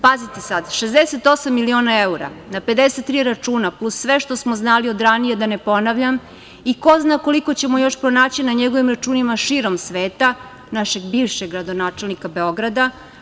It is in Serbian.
Pazite sad, 68 miliona evra na 53 računa, plus sve što smo znali od ranije, da ne ponavljam, i ko zna koliko ćemo još pronaći na njegovim računima širom sveta, našeg bivšeg gradonačelnika Beograda.